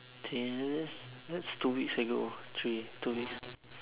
eh isn't that's that's two weeks ago three two weeks